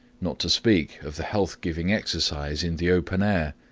not to speak of the health-giving exercise in the open air.